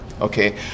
Okay